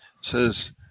says